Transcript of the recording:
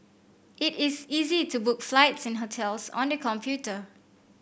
it is easy to book flights and hotels on the computer